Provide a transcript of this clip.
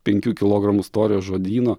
penkių kilogramų storio žodyno